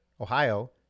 Ohio